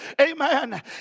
amen